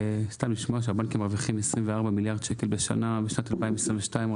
לשמוע שהבנקים מרוויחים 24 מיליארד שקל בשנה בשנת 2022,